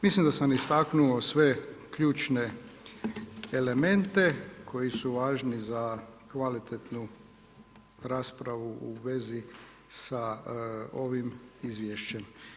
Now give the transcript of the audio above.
Mislim da sam istaknuo sve ključne elemente koji su važni za kvalitetnu raspravu u vezi sa ovim izvješćem.